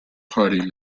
party